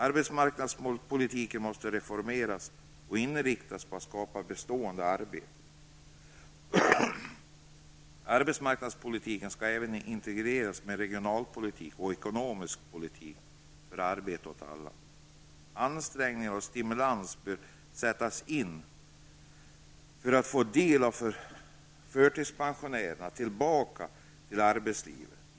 Arbetsmarknadspolitiken måste reformeras och inriktas på att skapa bestående arbeten. Genom arbetsmarknadspolitiken skall även regionalpolitik och ekonomisk politik ge arbete åt alla. Ansträngningar och stimulanser bör sättas in för att vi skall få en del av förtidspensionärerna tillbaka till arbetslivet.